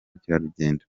bukerarugendo